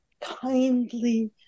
kindly